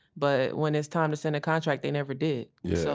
but when it's time to send a contract they never did, yeah